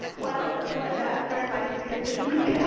well, like i'm sorry my computer just